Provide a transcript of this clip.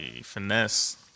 Finesse